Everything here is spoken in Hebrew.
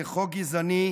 זה חוק גזעני,